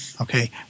Okay